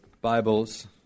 Bibles